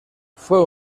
fue